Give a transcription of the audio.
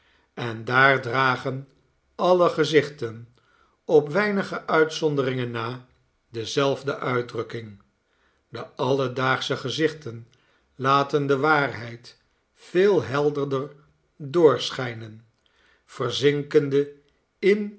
en daar dragen alle gezichten op weinige uitzonderingen na dezelfde uitdrukking de alledaagsche gezichten laten de waarheid veel helderder doorschijnen verzinkende in